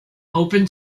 open